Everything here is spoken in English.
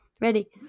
Ready